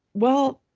well,